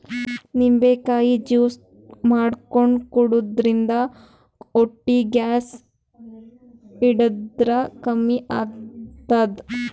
ನಿಂಬಿಕಾಯಿ ಜ್ಯೂಸ್ ಮಾಡ್ಕೊಂಡ್ ಕುಡ್ಯದ್ರಿನ್ದ ಹೊಟ್ಟಿ ಗ್ಯಾಸ್ ಹಿಡದ್ರ್ ಕಮ್ಮಿ ಆತದ್